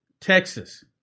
Texas